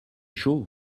chaud